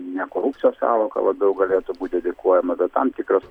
ne korupcijos sąvoka labiau galėtų būti dedikuojama bet tam tikras